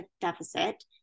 deficit